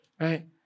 right